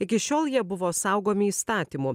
iki šiol jie buvo saugomi įstatymų